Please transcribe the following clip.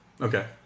Okay